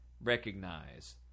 recognize